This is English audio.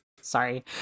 sorry